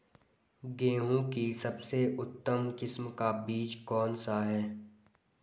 गेहूँ की सबसे उत्तम किस्म का बीज कौन सा होगा?